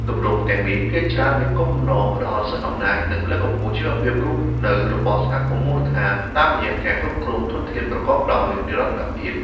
ទម្រង់ទាំងនេះភាគច្រើនមានគោលបំណងផ្ដល់សិទ្ធិអំណាច និងលើកកម្ពស់ជីវភាពរស់នៅរបស់សហគមន៍មូលដ្ឋាន តាមរយៈការគ្រប់គ្រងធនធានប្រកបដោយនិរន្តរភាព។